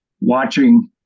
watching